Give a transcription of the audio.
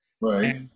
Right